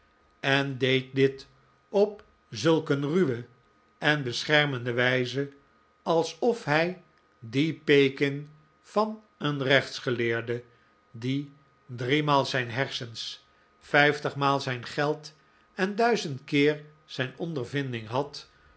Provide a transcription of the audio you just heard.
en deed dit op zulk een ruwe en beschermende wijze alsof hij die pekin van een rechtsgeleerde die drie maal zijn hersens vijftig maal zijn geld en duizend keer zijn ondervinding had